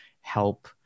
help